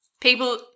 People